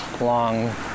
long